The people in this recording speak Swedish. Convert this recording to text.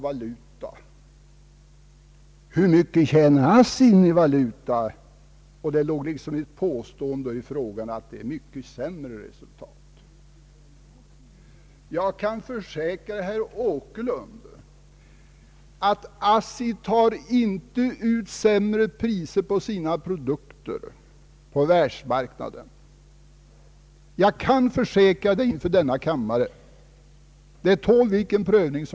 Herr Åkerlund har redan fått en replik på den punkten.